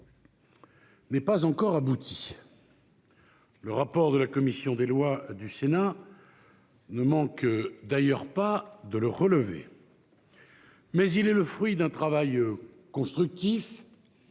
n'est pas encore abouti- le rapport de la commission des lois du Sénat ne manque d'ailleurs pas de le relever -, mais il est le fruit d'un travail constructif